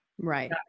Right